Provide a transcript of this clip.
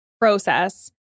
process